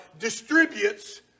distributes